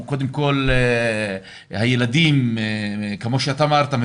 שהילדים כמו שאתה אמרת,